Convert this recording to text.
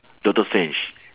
doctor strange